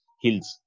hills